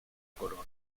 corona